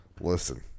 Listen